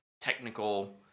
technical